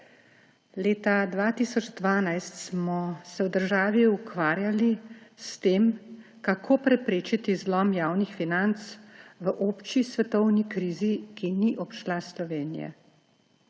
Leta 2012 smo se v državi ukvarjali s tem, kako preprečiti zlom javnih financ v obči svetovni krizi, ki ni obšla Slovenije.